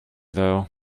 though